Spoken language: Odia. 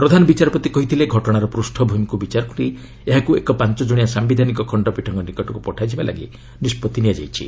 ପ୍ରଧାନ ବିଚାରପତି କହିଥିଲେ ଘଟଣାର ପୂଷ୍ପଭୂମିକୁ ବିଚାରକୁ ନେଇ ଏହାକୁ ଏକ ପାଞ୍ଚ ଜଣିଆ ସାୟିଧାନିକ ଖଣ୍ଡପୀଠଙ୍କ ନିକଟକ୍ର ପଠାଯିବା ଲାଗି ନିଷ୍ପଭି ନିଆଯାଇଛି